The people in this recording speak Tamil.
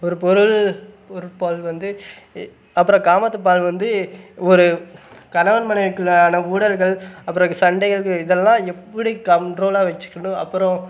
ஒரு பொருள் பொருட்பால் வந்து அப்புறம் காமத்துப்பால் வந்து ஒரு கணவன் மனைவிக்குள்ளான ஊடல்கள் அப்புறம் அதுக்கு சண்டைகள்க்கு இதெல்லாம் எப்படி கண்ட்ரோலாக வச்சுக்கணும் அப்புறம்